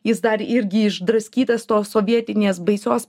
jis dar irgi išdraskytas tos sovietinės baisios